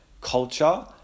culture